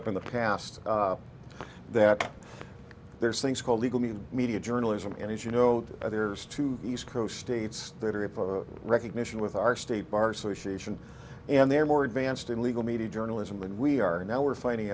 up in the past that there's things called legal me in the media journalism and as you know there's two east coast states that are up for recognition with our state bar association and they're more advanced in legal media journalism and we are now we're finding